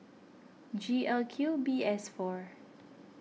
G L Q B S four